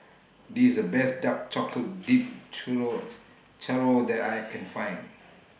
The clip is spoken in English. This The Best Dark Chocolate Dipped Churro's Churro that I Can Find